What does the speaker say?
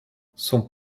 son